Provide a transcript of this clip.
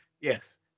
Yes